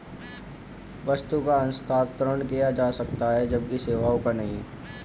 वस्तु का हस्तांतरण किया जा सकता है जबकि सेवाओं का नहीं